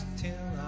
till